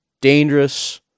dangerous